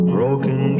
Broken